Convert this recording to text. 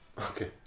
Okay